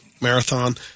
marathon